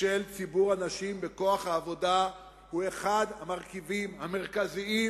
של ציבור הנשים בכוח העבודה היא אחד המרכיבים המרכזיים